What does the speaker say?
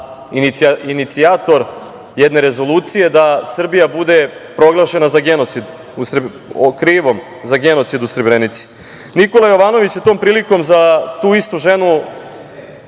inicijator jedne rezolucije da Srbija bude proglašena krivom za genocid u Srebrenici. Nikola Jovanović je tom prilikom za tu istu ženu